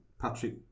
Patrick